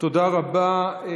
תודה רבה.